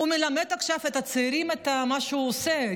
עכשיו הוא מלמד את הצעירים את מה שהוא עושה,